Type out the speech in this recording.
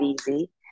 easy